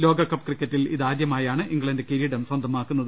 ലോകകപ്പ് ക്രിക്കറ്റിൽ ഇതാദ്യമായാണ് ഇംഗ്ലണ്ട് കിരീടം സ്വന്തമാക്കുന്നത്